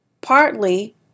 partly